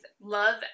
love